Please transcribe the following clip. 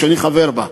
שאני חבר בה,